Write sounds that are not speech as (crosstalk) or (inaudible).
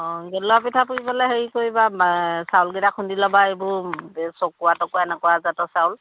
অ' গেলোৱা পিঠা পুৰিবলৈ হেৰি কৰিবা চাউলকেইটা খুন্দি ল'বা এইবোৰ (unintelligible) তকোৱা এনেকুৱা জাতৰ চাউল